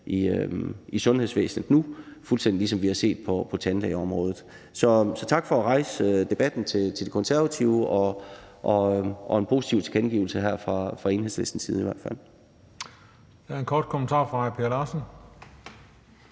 i sundhedsvæsenet nu, fuldstændig ligesom vi har set på tandlægeområdet. Så tak til De Konservative for at rejse debatten. En positiv tilkendegivelse skal der lyde her fra Enhedslistens side